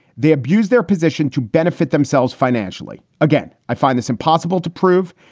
they abuse their position to benefit themselves financially. again, i find this impossible to prove.